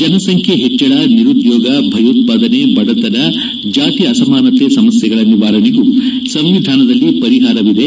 ಜನಸಂಖ್ಯೆ ಹೆಚ್ಚಳ ನಿರುದ್ದೋಗ ಭಯೋತ್ಪಾದನೆ ಬಡತನ ಜಾತಿ ಅಸಮಾನತೆ ಸಮಸ್ಥೆಗಳ ನಿವಾರಣೆಗೂ ಸಂವಿಧಾನದಲ್ಲಿ ಪರಿಹಾರವಿದೆ